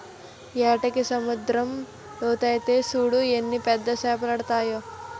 ఏటకి సముద్దరం లోకెల్తే సూడు ఎన్ని పెద్ద సేపలడ్డాయో